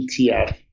ETF